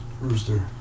Rooster